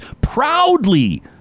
proudly